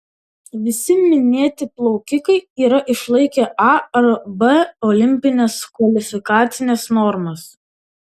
visi minėti plaukikai yra išlaikę a ar b olimpines kvalifikacines normas